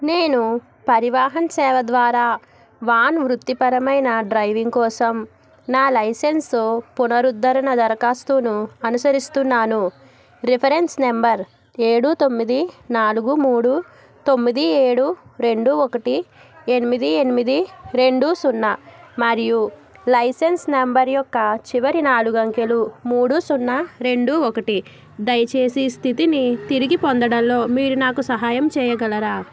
నేను పరివాహన్ సేవ ద్వారా వాన్ వృత్తిపరమైన డ్రైవింగ్ కోసం నా లైసెన్సు పునరుద్ధరణ దరఖాస్తును అనుసరిస్తున్నాను రిఫరెన్స్ నెంబర్ ఏడు తొమ్మిది నాలుగు మూడు తొమ్మిది ఏడు రెండు ఒకటి ఎనిమిది ఎనిమిది రెండు సున్నా మరియు లైసెన్స్ నెంబర్ యొక్క చివరి నాలుగు అంకెలు మూడు సున్నా రెండు ఒకటి దయచేసి స్థితిని తిరిగి పొందడంలో మీరు నాకు సహాయం చేయగలరా